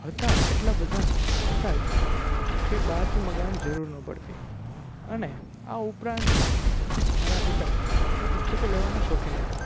હતા એટલાં બધા હતાં જ કે બહારથી મંગાવવાની જરૂર ન પડતી અને આ ઉપરાંત પણ મારા પિતા એ પુસ્તકો લેવાના શોખીન હતા